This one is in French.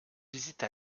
visite